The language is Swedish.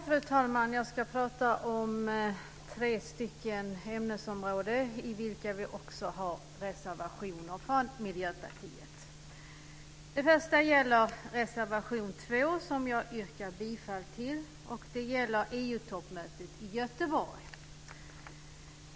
Fru talman! Jag ska prata om tre ämnesområden där Miljöpartiet också har reservationer. Det första gäller reservation 2, som jag yrkar bifall till. Det handlar om EU-toppmötet i Göteborg.